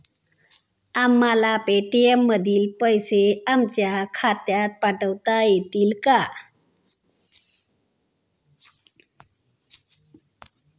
आम्हाला पेटीएम मधील पैसे आमच्या खात्यात पाठवता येतील का?